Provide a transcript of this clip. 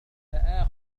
سآخذ